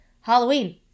Halloween